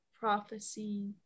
prophecy